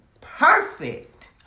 Perfect